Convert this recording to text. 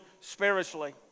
spiritually